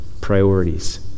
priorities